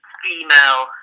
female